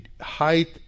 height